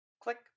Click